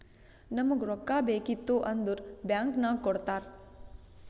ನಮುಗ್ ರೊಕ್ಕಾ ಬೇಕಿತ್ತು ಅಂದುರ್ ಬ್ಯಾಂಕ್ ನಾಗ್ ಕೊಡ್ತಾರ್